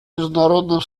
международным